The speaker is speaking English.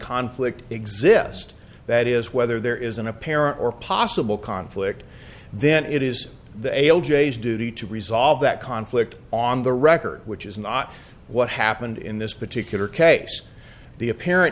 conflict exist that is whether there is an apparent or possible conflict then it is the ale j s duty to resolve that conflict on the record which is not what happened in this particular case the apparent